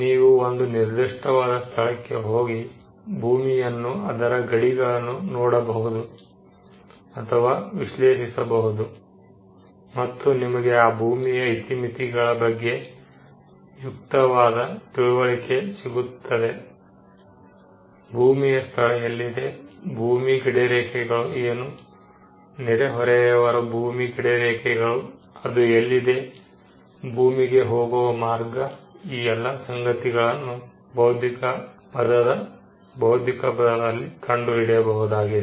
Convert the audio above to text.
ನೀವು ಒಂದು ನಿರ್ದಿಷ್ಟವಾದ ಸ್ಥಳಕ್ಕೆ ಹೋಗಿ ಭೂಮಿಯನ್ನು ಅದರ ಗಡಿಗಳನ್ನು ನೋಡಬಹುದು ಅಥವಾ ವಿಶ್ಲೇಷಿಸಬಹುದು ಮತ್ತು ನಿಮಗೆ ಆ ಭೂಮಿಯ ಇತಿಮಿತಿಗಳ ಬಗ್ಗೆ ಯುಕ್ತವಾದ ತಿಳುವಳಿಕೆ ಸಿಗುತ್ತದೆ ಭೂಮಿಯ ಸ್ಥಳ ಎಲ್ಲಿದೆ ಭೂಮಿಯ ಗಡಿರೇಖೆಗಳು ಏನು ನೆರೆಹೊರೆಯವರ ಭೂಮಿಯ ಗಡಿರೇಖೆಗಳು ಅದು ಎಲ್ಲಿದೆ ಭೂಮಿಗೆ ಹೋಗುವ ಮಾರ್ಗ ಈ ಎಲ್ಲಾ ಸಂಗತಿಗಳನ್ನು ಭೌತಿಕ ಪದದಲ್ಲಿ ಕಂಡುಹಿಡಿಯಬಹುದಾಗಿದೆ